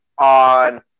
on